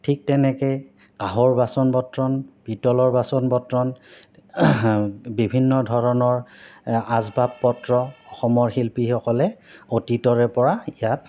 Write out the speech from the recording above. ঠিক তেনেকে কাঁহৰ বাচন বৰ্তন পিতলৰ বাচন বৰ্তন বিভিন্ন ধৰণৰ আচবাব পত্ৰ অসমৰ শিল্পীসকলে অতীতৰে পৰা ইয়াত